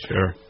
Sure